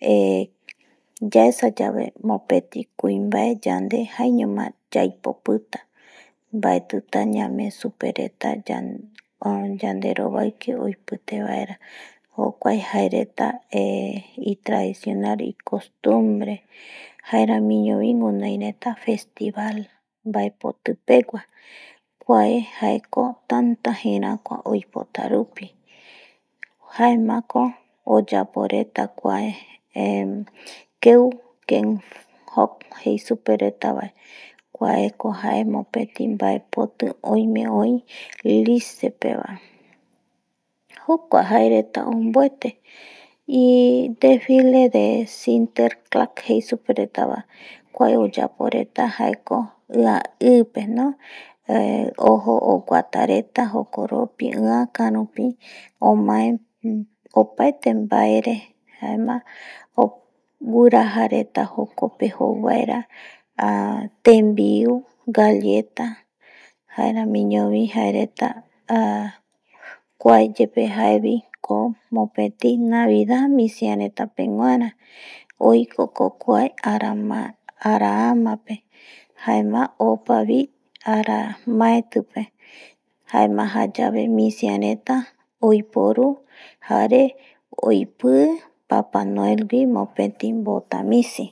eh jaesa yave mopeti kuinbae yae jaeñoma yaipopita baetita ñame supe reta yanderoibake oipite baera jokuae jae reta eh itradicional, costumbre jaeramiño bi winoi reta festival baepoti pegua kuae jaeko tata jerakua oipotarupi jaemako oyapo reta kuae keuken jei supe retas bae kuaeko jae mopeti baepoti oime oi lisca pebae jokua jae reta onbuete bae ,desfile de simtercar jei supe reta nbae kuae oyapo reta jaeko ipe jae ojo oguata reta jokoropi iaka rupi omae opaete bae re jaema wiraja reta jokope jasu baera tenbiu galleta, jaeramiño bi jae reta kuae yepe jae biko mopetiño misia reta peguara oikoko kuae ara ama pe jaema opa vi ara maeti pé jaema jayave misia reta oiporu jare oipi papa noel wi bota misi.